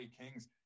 Kings